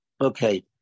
okay